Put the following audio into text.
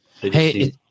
Hey